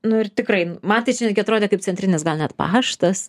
nu ir tikrai man tai čia atrodė kaip centrinis gal net paštas